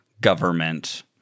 government